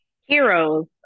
Heroes